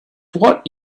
what